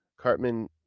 Cartman